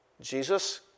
Jesus